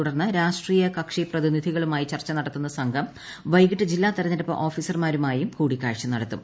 തുടർന്ന് രാഷ്ട്രീയ കക്ഷി പ്രതിനിധികളുമായി ചർച്ച നടത്തുന്ന സംഘം വൈകിട്ട് ജില്ലാ തിരഞ്ഞെടുപ്പ് ഓഫീസർമാരുമായും കൂടിക്കാഴ്ച നടത്തും